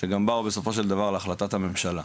שגם באו בסופו של דבר להחלטת הממשלה.